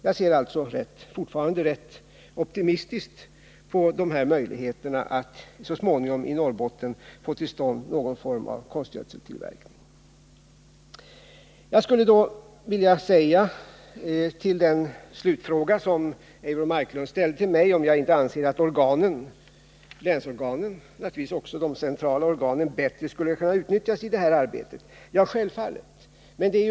Jag ser alltså fortfarande rätt optimistiskt på möjligheterna att i Norrbotten så småningom få till stånd någon form av konstgödseltillverkning. Eivor Marklund frågade mig, om jag inte anser att länsorganen och naturligtvis också de centrala organen bättre skulle kunna utnyttjas i detta arbete. Självfallet är det så.